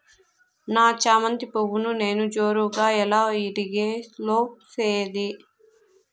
నా చామంతి పువ్వును నేను జోరుగా ఎలా ఇడిగే లో చేసేది?